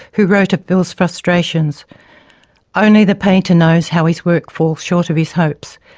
who wrote of bill's frustrations only the painter knows how his work falls short of his hopes.